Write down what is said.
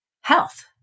health